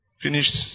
finished